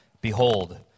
behold